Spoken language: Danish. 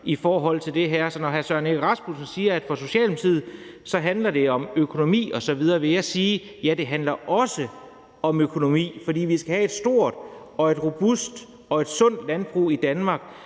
i forhold til det her. Så når hr. Søren Egge Rasmussen siger, at det for Socialdemokratiet handler om økonomi osv., vil jeg sige, at ja, det handler også om økonomi. For vi skal have et stort, et robust og et sundt landbrug i Danmark,